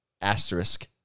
Asterisk